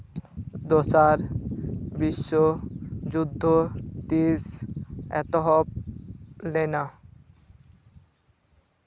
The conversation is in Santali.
ᱫᱚᱥᱟᱨ ᱵᱤᱥᱥᱚ ᱡᱩᱫᱽᱫᱷᱚ ᱛᱤᱥ ᱮᱛᱚᱦᱚᱵ ᱞᱮᱱᱟ